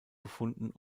befunden